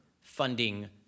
funding